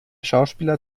schauspieler